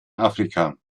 afrika